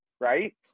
right